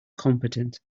competent